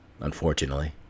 unfortunately